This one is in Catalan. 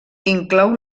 inclou